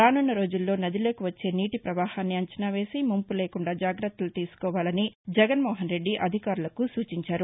రాసున్న రోజుల్లో నదిలోకి వచ్చే నీటి ప్రవాహాన్ని అంచనా వేసి ముంపులేకుండా జాగ్రత్తలు తీసుకోవాలని జగన్మోహన్ రెడ్డి అధికారులను ఆదేశించారు